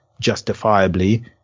justifiably